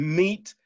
meet